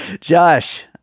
Josh